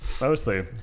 Mostly